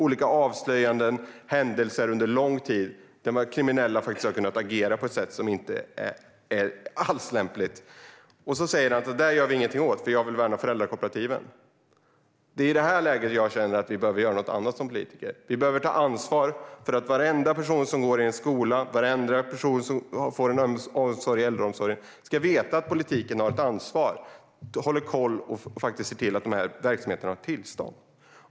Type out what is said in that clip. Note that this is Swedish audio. Det har under lång tid kommit olika avslöjande och förekommit händelser då kriminella har kunnat agera på ett sätt som inte alls är lämpligt. Emil Källström säger att han inte gör något åt detta, för han vill värna föräldrakooperativen. I detta läge känner jag att vi som politiker behöver göra något annat. Vi måste ta ansvar för att varenda person som går i skolan eller får omsorg inom äldreomsorgen ska veta att politiken har ett ansvar, håller koll och ser till att verksamheterna har tillstånd.